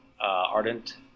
Ardent